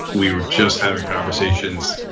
we were just having conversations,